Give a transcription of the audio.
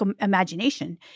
imagination